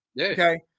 okay